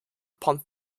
punt